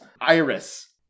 Iris